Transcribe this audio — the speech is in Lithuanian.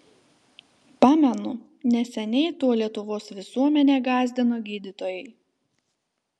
pamenu neseniai tuo lietuvos visuomenę gąsdino gydytojai